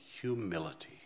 humility